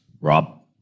Rob